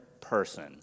person